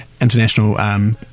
international